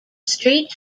street